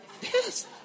Yes